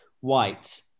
White